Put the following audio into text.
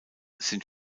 sind